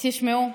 תשמעו,